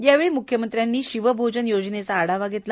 यावेळी म्ख्यमंत्र्यांनी शिवभोजन योजनेचा आढावा घेतला